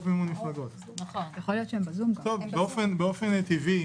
באופן טבעי